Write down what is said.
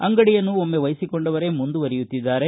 ಅಂಗಡಿಯನ್ನು ಒಮ್ಮೆ ವಹಿಸಿಕೊಂಡವರೇ ಮುಂದುವರೆಯುತ್ತಿದ್ದಾರೆ